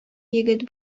егет